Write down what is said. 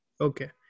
Okay